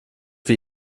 wie